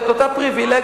את אותה פריווילגיה,